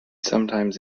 sometimes